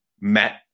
met